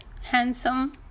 handsome